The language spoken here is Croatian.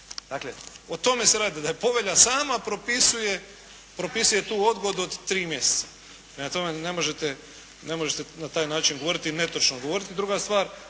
Dakle, o tome se radi. Da Povelja sama propisuje tu odgodu od tri mjeseca. Prema tome, ne možete, ne možete na taj način govoriti i netočno